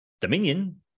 Dominion